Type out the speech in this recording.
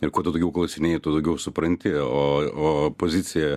ir ko tu daugiau klausinėji tuo daugiau supranti o o pozicija